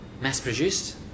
mass-produced